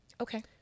Okay